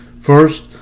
First